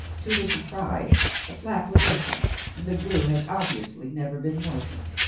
to his surprise, the flap was open and the glue had obviously never been moistened.